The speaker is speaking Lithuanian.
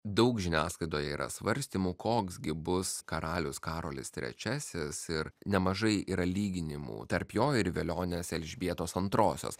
daug žiniasklaidoje yra svarstymų koks gi bus karalius karolis trečiasis ir nemažai yra lyginimų tarp jo ir velionės elžbietos antrosios